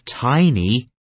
Tiny